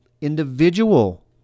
individual